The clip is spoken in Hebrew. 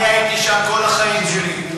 אני הייתי שם כל החיים שלי.